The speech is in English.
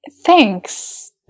thanks